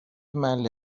محله